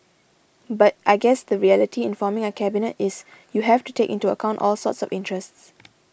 but I guess the reality in forming a cabinet is you have to take into account all sorts of interests